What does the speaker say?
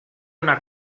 una